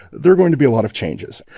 there're going to be a lot of changes.